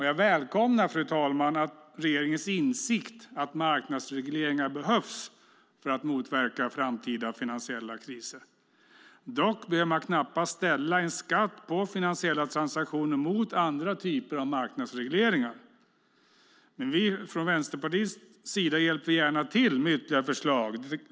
Jag välkomnar regeringens insikt om att marknadsregleringar behövs för att motverka framtida finansiella kriser. Dock behöver man knappast ställa en skatt på finansiella transaktioner mot andra typer av marknadsregleringar. Vi i Vänsterpartiet hjälper gärna till med ytterligare förslag.